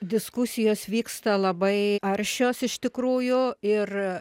diskusijos vyksta labai aršios iš tikrųjų ir